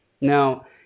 Now